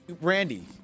Randy